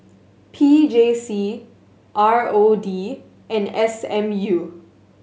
P J C R O D and S M U